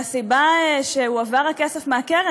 והסיבה שהועבר הכסף מהקרן,